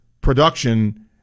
production